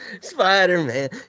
Spider-Man